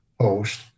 Post